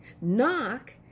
Knock